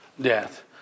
death